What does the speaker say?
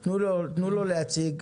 תנו לו להציג.